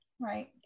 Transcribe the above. Right